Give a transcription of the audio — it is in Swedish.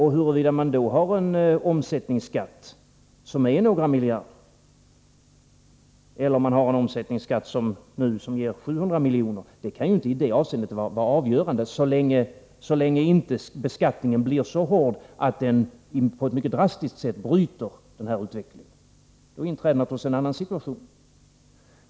Huruvida man då har en omsättningsskatt som är några miljarder eller en omsättningsskatt, som nu, som ger 700 miljoner, kan i det avseendet inte vara avgörande så länge beskattningen inte blir så hård att den på ett mycket drastiskt sätt bryter denna utveckling. Då inträder naturligtvis en annan situation.